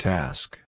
Task